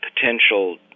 potential